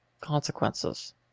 consequences